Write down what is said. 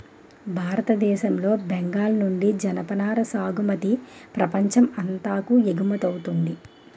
భారతదేశం లో బెంగాల్ నుండి జనపనార సాగుమతి ప్రపంచం అంతాకు ఎగువమౌతుంది